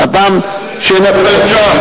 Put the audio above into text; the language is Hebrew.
האדם, צריך להחזיר את השופט שהם.